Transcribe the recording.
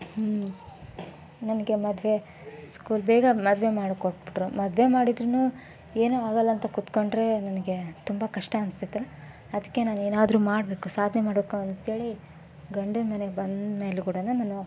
ಹ್ಞೂ ನನಗೆ ಮದುವೆ ಸ್ಕೂಲ್ ಬೇಗ ಮದುವೆ ಮಾಡಿ ಕೊಟ್ಟುಬಿಟ್ರು ಮದುವೆ ಮಾಡಿದ್ರೂನು ಏನೂ ಆಗಲ್ಲಂತ ಕೂತ್ಕೊಂಡರೆ ನನಗೆ ತುಂಬ ಕಷ್ಟ ಅನ್ಸ್ತಿತ್ತು ಅದಕ್ಕೆ ನಾನು ಏನಾದರೂ ಮಾಡಬೇಕು ಸಾಧನೆ ಮಾಡಬೇಕು ಅಂತೇಳಿ ಗಂಡನ ಮನೆಗೆ ಬಂದಮೇಲೂ ಕೂಡ ನಾನು